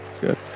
good